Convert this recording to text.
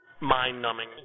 mind-numbing